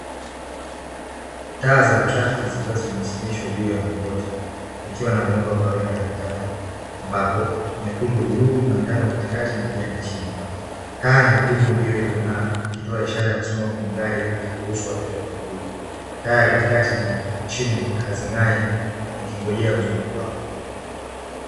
Taa za trafiki zikiwa zimesimamishwa juu ya mlingoti zikiwa na muundo wa kawaida ya rangi tatu, nyekundu juu njano katikati na kijani chini. Taa nyekundu ndiyo iliyong’aa ikitoa ishara ya kusimama kwa magari na kuruhusu waenda kwa miguu, taa ya katikati na ya chini hazing’ai zikingojea mzunguko wao.